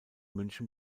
münchen